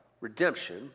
redemption